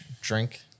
drink